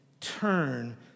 turn